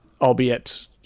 albeit